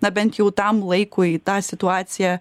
na bent jau tam laikui tą situaciją